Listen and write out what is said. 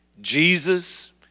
Jesus